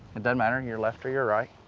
it doesn't matter and your left or your right.